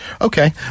Okay